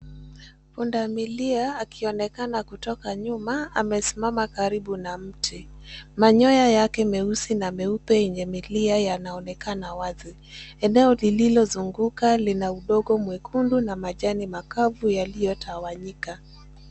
Pundamilia akionekana kutoka nyuma amesimama karibu na mti. Manyoya yake meusi na meupe yenye milia yanaonekana wazi. Eneo lililozunguka lina udongo mwekundu na majani makavu yaliyotawanyika.